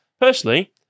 personally